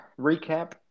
recap